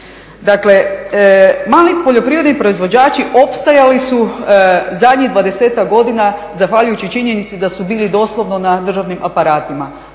Dakle, mali poljoprivredni proizvođači opstajali su zadnjih 20-ak godina zahvaljujući činjenici da su bili doslovno na državnim aparatima,